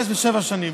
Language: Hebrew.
שש ושבע שנים.